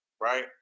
right